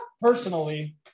Personally